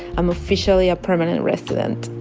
i'm officially a permanent resident.